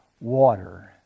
water